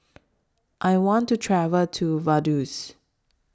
I want to travel to Vaduz